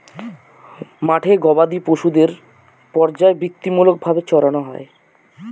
মাঠে গোবাদি পশুদের পর্যায়বৃত্তিমূলক ভাবে চড়ানো হয়